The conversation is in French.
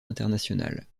internationales